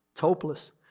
hopeless